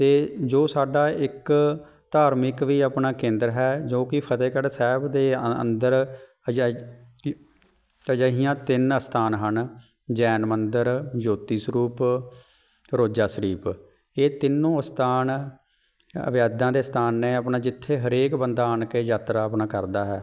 ਅਤੇ ਜੋ ਸਾਡਾ ਇੱਕ ਧਾਰਮਿਕ ਵੀ ਆਪਣਾ ਕੇਂਦਰ ਹੈ ਜੋ ਕਿ ਫਤਿਹਗੜ੍ਹ ਸਾਹਿਬ ਦੇ ਅੰਦਰ ਅਜਿਹੀਆਂ ਤਿੰਨ ਅਸਥਾਨ ਹਨ ਜੈਨ ਮੰਦਰ ਜੋਤੀ ਸਰੂਪ ਰੋਜ਼ਾ ਸ਼ਰੀਫ ਇਹ ਤਿੰਨੋਂ ਅਸਥਾਨ ਅਵਿਆਦਾ ਦੇ ਸਥਾਨ ਨੇ ਆਪਣਾ ਜਿੱਥੇ ਹਰੇਕ ਬੰਦਾ ਆ ਕੇ ਯਾਤਰਾ ਆਪਣਾ ਕਰਦਾ ਹੈ